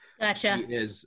Gotcha